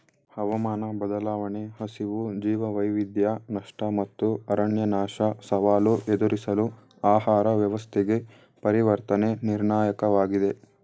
ಹವಾಮಾನ ಬದಲಾವಣೆ ಹಸಿವು ಜೀವವೈವಿಧ್ಯ ನಷ್ಟ ಮತ್ತು ಅರಣ್ಯನಾಶ ಸವಾಲು ಎದುರಿಸಲು ಆಹಾರ ವ್ಯವಸ್ಥೆಗೆ ಪರಿವರ್ತನೆ ನಿರ್ಣಾಯಕವಾಗಿದೆ